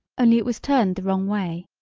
only it was turned the wrong way.